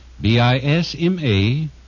B-I-S-M-A